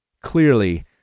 clearly